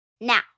Now